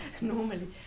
normally